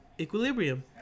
Equilibrium